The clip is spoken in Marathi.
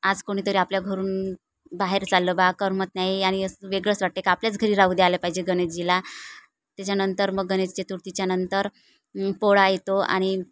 आज कोणीतरी आपल्या घरून बाहेर चाललं बा करमत नाही आणि असं वेगळंच वाटते का आपल्याच घरी राहू द्यायला पाहिजे गणेशजीला त्याच्यानंतर मग गणेश चतुर्थीच्यानंतर पोळा येतो आणि